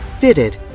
fitted